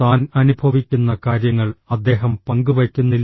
താൻ അനുഭവിക്കുന്ന കാര്യങ്ങൾ അദ്ദേഹം പങ്കുവയ്ക്കുന്നില്ല